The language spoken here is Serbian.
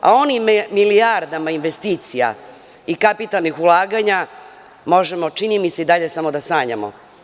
O onim milijardama investicija i kapitalnih ulaganja možemo, čini mi se, samo da sanjamo.